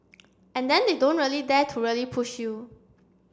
and then they don't really dare to really push you